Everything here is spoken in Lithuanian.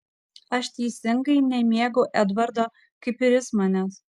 aš teisingai nemėgau edvardo kaip ir jis manęs